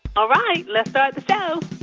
all right. let's start the show